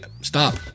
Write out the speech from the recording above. stop